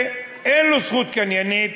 ואין לו זכות קניינית,